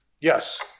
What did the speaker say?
yes